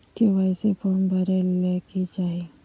KYC form भरे ले कि चाही?